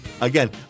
Again